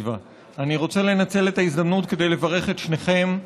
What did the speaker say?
לנצל את ההזדמנות כדי לברך את שניכם.